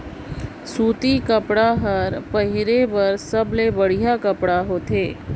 सूती कपड़ा हर पहिरे बर सबले बड़िहा कपड़ा होथे